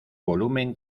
volumen